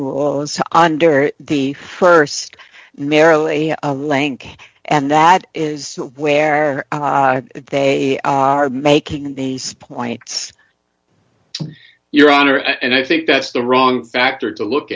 rules under the st merrily lank and that is where they are making these points your honor and i think that's the wrong factor to look